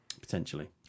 Potentially